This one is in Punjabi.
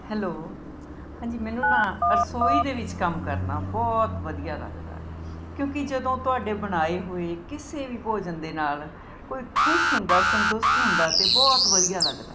ਹੈਲੋ ਹਾਂਜੀ ਮੈਨੂੰ ਨਾ ਰਸੋਈ ਦੇ ਵਿੱਚ ਕੰਮ ਕਰਨਾ ਬਹੁਤ ਵਧੀਆ ਲੱਗਦਾ ਕਿਉਂਕਿ ਜਦੋਂ ਤੁਹਾਡੇ ਬਣਾਏ ਹੋਏ ਕਿਸੇ ਵੀ ਭੋਜਨ ਦੇ ਨਾਲ਼ ਕੋਈ ਖੁਸ਼ ਹੁੰਦਾ ਸੰਤੁਸ਼ਟ ਹੁੰਦਾ ਅਤੇ ਬਹੁਤ ਵਧੀਆ ਲੱਗਦਾ